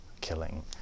killing